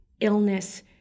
illness